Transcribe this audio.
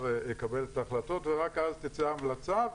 יקבל את ההחלטות ורק אז תצא המלצה,